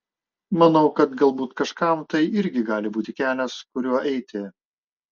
manau kad galbūt kažkam tai irgi gali būti kelias kuriuo eiti